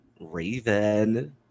Raven